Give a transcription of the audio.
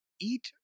eat